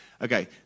Okay